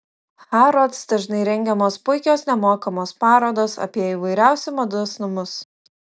harrods dažnai rengiamos puikios nemokamos parodos apie įvairiausiu mados namus